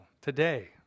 today